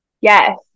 Yes